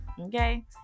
okay